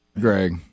Greg